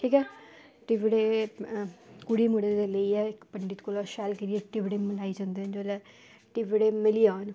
ठीक ऐ टिपडे़ कुड़ी मुडे़ दे लेई ऐ पंडित कोला शैल करियै टिपडे़ मिलाए जंदे न जेल्लै टिपडे मिली जान